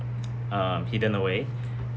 um hidden away